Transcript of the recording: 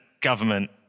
government